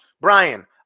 Brian